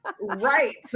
Right